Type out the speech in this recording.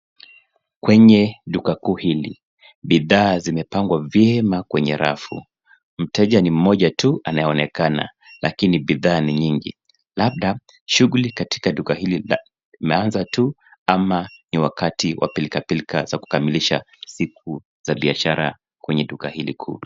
Kwenye duka kuu hili, bidhaa zimepangwa vyema kwenye rafu. Mteja ni mmoja tu anayeonekana, lakini bidhaa ni nyingi, labda shughuli katika duka hili imeanza tu, au ni wakati wa pilka pilka za kukamilisha siku za biashara kwenye duka hili kuu .